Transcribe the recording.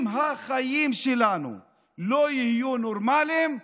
אם החיים שלנו לא יהיו נורמליים,